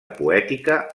poètica